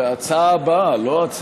זו ההצעה הבאה, לא?